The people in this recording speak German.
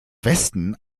westen